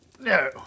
No